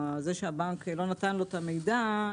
שהבנק לא נתן לו את המידע,